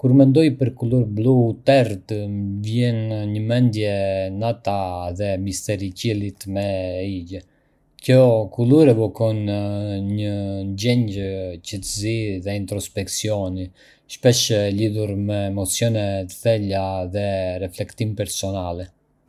Kur mendoj për kulur blu të errët, më vijnë në mendje nata dhe misteri i qiellit me yje. Kjo kulur evokon një ndjenjë qetësie dhe introspeksioni, shpesh e lidhur me emocione të thella dhe reflektime personale.